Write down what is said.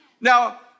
Now